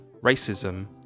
racism